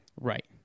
Right